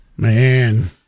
Man